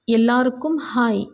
எல்லாருக்கும் ஹாய்